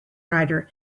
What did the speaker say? writer